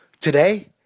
Today